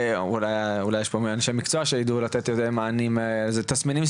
אולי יש פה אנשי מקצוע שידעו לתת איזה תסמינים ספציפיים,